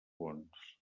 bons